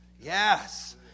Yes